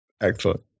Excellent